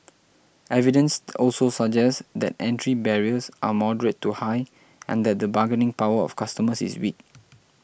evidence also suggests that entry barriers are moderate to high and that the bargaining power of customers is weak